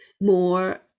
more